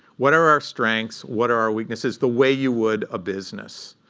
what are our strengths? what are our weaknesses? the way you would a business.